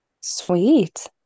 Sweet